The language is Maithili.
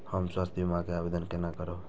हम स्वास्थ्य बीमा के आवेदन केना करब?